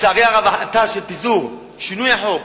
לצערי הרב, ההחלטה של פיזור, שינוי החוק,